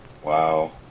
Wow